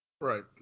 Right